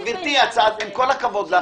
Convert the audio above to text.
גברתי, עם כל הכבוד לך.